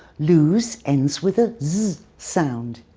lose ends with a z sound.